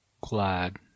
Glad